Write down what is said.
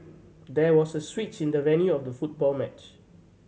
there was a switch in the venue of the football match